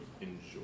enjoy